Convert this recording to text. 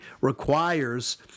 requires